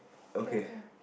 ya ya